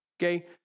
Okay